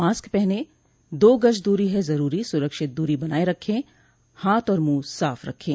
mask पहनें दो गज़ दूरी है ज़रूरी सुरक्षित दूरी बनाए रखें हाथ और मुंह साफ़ रखें